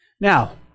now